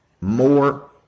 More